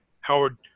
Howard